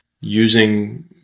using